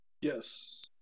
Yes